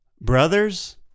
brothers